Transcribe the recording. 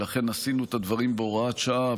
ולכן עשינו את הדברים בהוראת שעה,